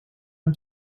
amb